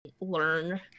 learn